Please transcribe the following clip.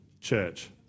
church